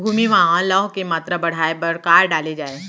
भूमि मा लौह के मात्रा बढ़ाये बर का डाले जाये?